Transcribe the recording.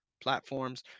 platforms